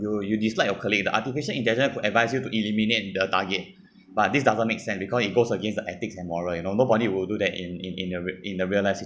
you you dislike your colleague the artificial intelligence could advise you to eliminate the target but this doesn't make sense because it goes against the ethics and moral you know nobody will do that in in in the real in the real life